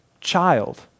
child